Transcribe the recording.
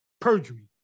Perjury